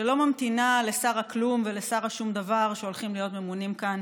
שלא ממתינה לשר הכלום ולשר השום-דבר שהולכים להיות ממונים כאן